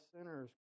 sinners